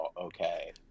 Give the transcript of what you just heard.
okay